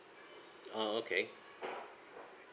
ah okay